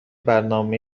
برنامه